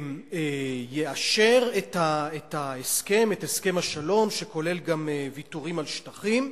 יאשר את הסכם השלום, שכולל גם ויתורים על שטחים,